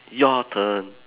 your turn